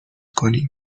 کنیم